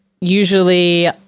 usually